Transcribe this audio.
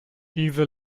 diese